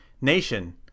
Nation